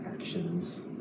actions